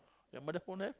your mother phone have